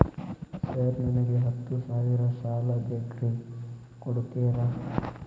Sir ನನಗ ಹತ್ತು ಸಾವಿರ ಸಾಲ ಬೇಕ್ರಿ ಕೊಡುತ್ತೇರಾ?